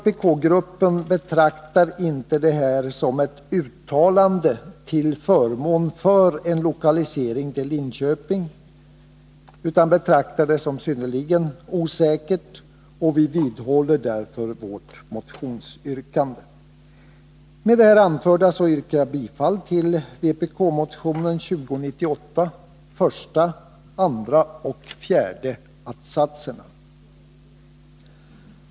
Vpk-gruppen betraktar inte detta som ett uttalande till förmån för en lokalisering till Linköping utan betraktar en sådan flyttning som synnerligen osäker. Vi vidhåller därför vårt motionsyrkande. Med det anförda yrkar jag bifall till vpk-motionen 2098 första, andra och fjärde att-satserna.